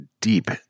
deep